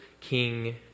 King